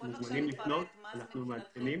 מוזמנים לפנות, אנחנו מעדכנים.